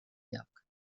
lloc